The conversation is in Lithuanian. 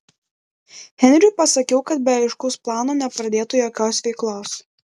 henriui pasakiau kad be aiškaus plano nepradėtų jokios veiklos